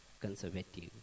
conservative